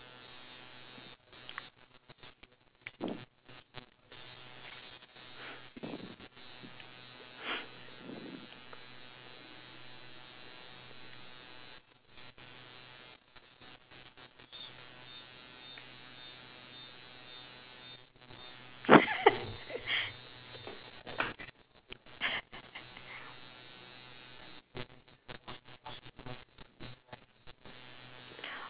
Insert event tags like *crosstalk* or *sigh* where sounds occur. *laughs*